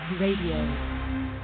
Radio